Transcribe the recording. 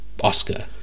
Oscar